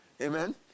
Amen